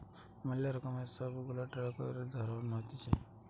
ম্যালা রকমের সব গুলা ট্যাক্সের ধরণ হতিছে